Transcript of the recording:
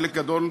חלק גדול,